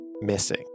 missing